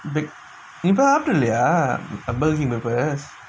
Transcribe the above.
நீ சாப்டதில்லையா:nee saaptathillaiyaa Burger King breafast